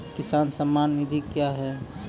किसान सम्मान निधि क्या हैं?